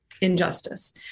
injustice